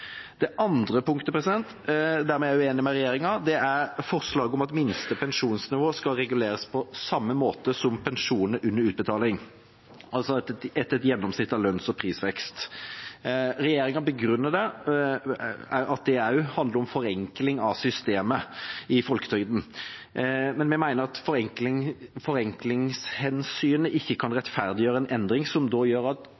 Det andre punktet der vi er uenige med regjeringen, er forslaget om at minste pensjonsnivå skal reguleres på samme måte som pensjoner under utbetaling – altså etter et gjennomsnitt av lønns- og prisvekst. Regjeringen begrunner det med at det også handler om forenkling av systemet i folketrygden. Men vi mener at forenklingshensynet ikke kan rettferdiggjøre en endring som da gjør at